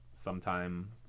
sometime